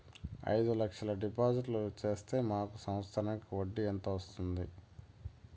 అయిదు లక్షలు డిపాజిట్లు సేస్తే మాకు సంవత్సరానికి వడ్డీ ఎంత వస్తుంది?